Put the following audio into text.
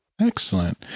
Excellent